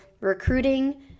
recruiting